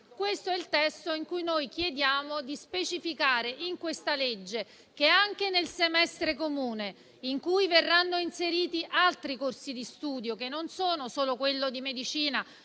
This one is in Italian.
questo emendamento noi chiediamo di specificare nel provvedimento che anche nel semestre comune, in cui verranno inseriti altri corsi di studio, che non sono solo quello di medicina,